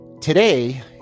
today